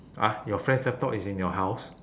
!huh! your friend's laptop is in your house